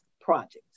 projects